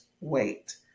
wait